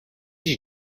you